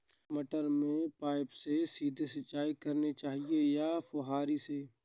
मटर में पाइप से सीधे सिंचाई करनी चाहिए या फुहरी से?